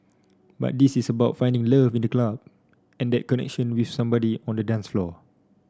but this is about finding love in the club and that connection with somebody on the dance floor